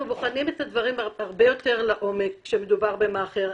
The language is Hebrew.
אנחנו בוחנים את הדברים הרבה יותר לעומק כשמדובר במאכער,